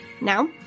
Now